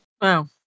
Wow